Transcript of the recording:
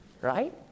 right